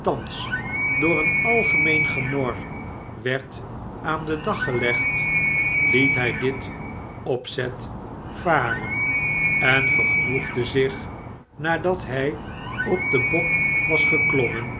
thans door een algemeen gernor werd aan den dag gelegd liet hij dit opzet varen en vergenoegde zich nadat hij op den bok was geklommen